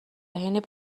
حین